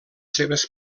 seves